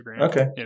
okay